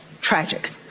tragic